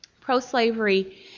pro-slavery